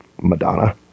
Madonna